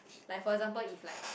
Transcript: like for example if like